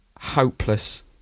hopeless